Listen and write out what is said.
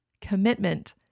commitment